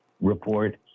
report